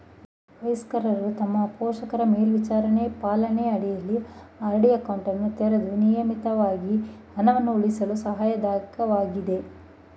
ವಯಸ್ಕರು ತಮ್ಮ ಪೋಷಕರ ಮೇಲ್ವಿಚಾರಣೆ ಪಾಲನೆ ಅಡಿಯಲ್ಲಿ ಆರ್.ಡಿ ಅಕೌಂಟನ್ನು ತೆರೆದು ನಿಯಮಿತವಾಗಿ ಹಣವನ್ನು ಉಳಿಸಲು ಸಹಾಯಕವಾಗಿದೆ